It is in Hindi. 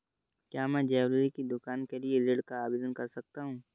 क्या मैं ज्वैलरी की दुकान के लिए ऋण का आवेदन कर सकता हूँ?